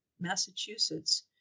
Massachusetts